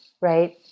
right